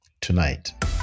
tonight